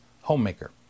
Homemaker